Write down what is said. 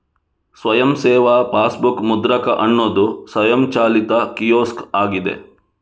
ಸ್ವಯಂ ಸೇವಾ ಪಾಸ್ಬುಕ್ ಮುದ್ರಕ ಅನ್ನುದು ಸ್ವಯಂಚಾಲಿತ ಕಿಯೋಸ್ಕ್ ಆಗಿದೆ